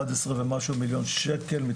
אחד עשר ומשהו מיליון שקל,